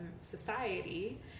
society